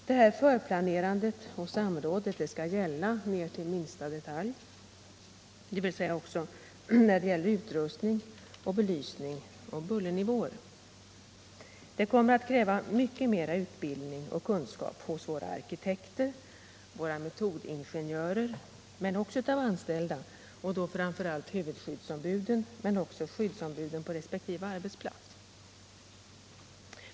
Detta förplanerande och samråd skall gälla ned till minsta detalj, dvs. även i fråga om utrustning, belysning och bullernivåer. Det kommer 117 att kräva mycket mera utbildning och kunskap hos våra arkitekter och våra metodingenjörer liksom hos anställda — framför allt hos huvudskyddsombuden och skyddsombuden på resp. arbetsplats.